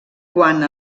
quant